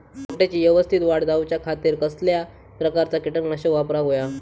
रोपट्याची यवस्तित वाढ जाऊच्या खातीर कसल्या प्रकारचा किटकनाशक वापराक होया?